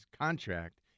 contract